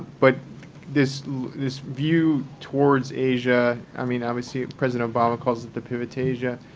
but this this view towards asia i mean, obviously president obama calls it the pivot to asia.